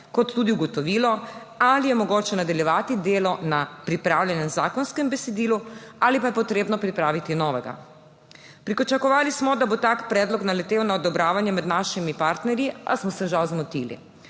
kot tudi ugotovilo, ali je mogoče nadaljevati delo na pripravljenem zakonskem besedilu ali pa je potrebno pripraviti novega. Pričakovali smo, da bo tak predlog naletel na odobravanje med našimi partnerji, a smo se žal zmotili.